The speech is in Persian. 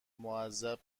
معذب